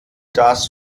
das